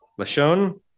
Lashon